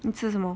你吃什么